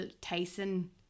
Tyson